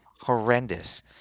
Horrendous